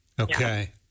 okay